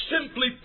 simply